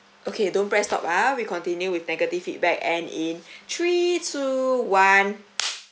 okay don't press stop ah we continue with negative feedback and in three two one